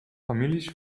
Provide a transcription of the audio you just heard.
families